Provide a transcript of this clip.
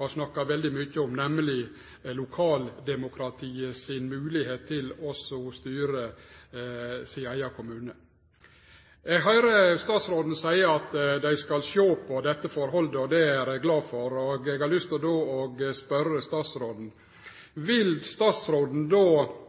har snakka veldig mykje om, nemleg lokaldemokratiets styring av eigen kommune. Eg høyrer statsråden seie at dei skal sjå på dette forholdet. Det er eg glad for. Eg har då lyst til å spørje statsråden: Vil ho gå tilbake igjen og